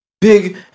Big